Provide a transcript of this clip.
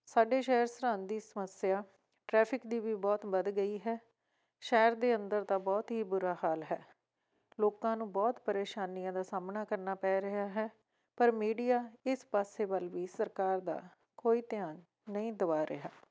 ਸਾਡੇ ਸ਼ਹਿਰ ਸਰਹੰਦ ਦੀ ਸਮੱਸਿਆ ਟ੍ਰੈਫਿਕ ਦੀ ਵੀ ਬਹੁਤ ਵੱਧ ਗਈ ਹੈ ਸ਼ਹਿਰ ਦੇ ਅੰਦਰ ਤਾਂ ਬਹੁਤ ਹੀ ਬੁਰਾ ਹਾਲ ਹੈ ਲੋਕਾਂ ਨੂੰ ਬਹੁਤ ਪਰੇਸ਼ਾਨੀਆਂ ਦਾ ਸਾਹਮਣਾ ਕਰਨਾ ਪੈ ਰਿਹਾ ਹੈ ਪਰ ਮੀਡੀਆ ਇਸ ਪਾਸੇ ਵੱਲ ਵੀ ਸਰਕਾਰ ਦਾ ਕੋਈ ਧਿਆਨ ਨਹੀਂ ਦਵਾ ਰਿਹਾ